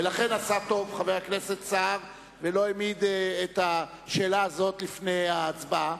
ולכן עשה טוב חבר הכנסת סער ולא העמיד את השאלה הזאת לפני ההצבעה,